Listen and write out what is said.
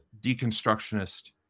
deconstructionist